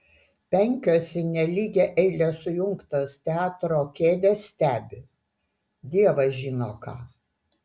penkios į nelygią eilę sujungtos teatro kėdės stebi dievas žino ką